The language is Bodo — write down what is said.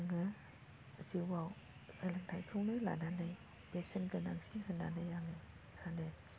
जोङो जिउआव सोलोंथायखौनो लानानै बेसेन गोनांसिन होननानै आङो सानो